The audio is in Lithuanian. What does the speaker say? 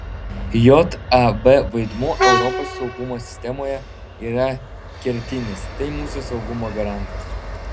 jav vaidmuo europos saugumo sistemoje yra kertinis tai mūsų saugumo garantas